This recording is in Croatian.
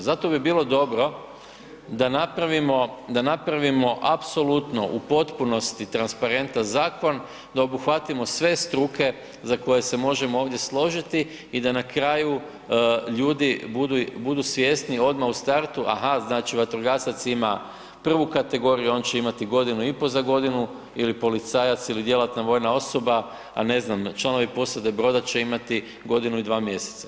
Zato bi bilo dobro da napravimo, da napravimo apsolutno u potpunosti transparentan zakon, da obuhvatimo sve struke za koje se možemo ovdje složiti i da na kraju ljudi budu, budu svjesni odma u startu, aha znači vatrogasac ima prvu kategoriju, on će imati godinu i po za godinu ili policajac ili djelatna vojna osoba, a ne znam, članovi posade broda će imati godinu i 2 mjeseca.